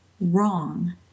wrong